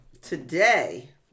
today